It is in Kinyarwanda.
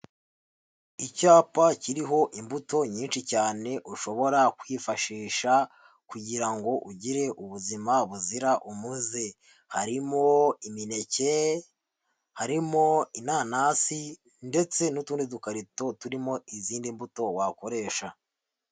Icyapa kiriho imbuto nyinshi cyane ushobora kwifashisha kugira ugire ubuzima buzira umuze, harimo imineke, harimo inanasi ndetse n'utundi dukarito turimo izindi mbuto wakoresha.